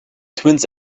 twins